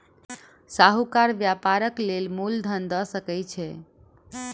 साहूकार व्यापारक लेल मूल धन दअ सकै छै